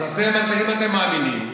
אז אם אתם מאמינים,